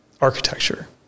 architecture